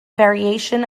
variation